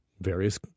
various